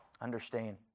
Understand